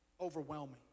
overwhelming